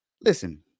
Listen